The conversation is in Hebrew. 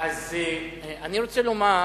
אני רוצה לומר